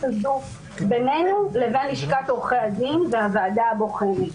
הזו בינינו לבין לשכת עורכי הדין והוועדה הבוחנת.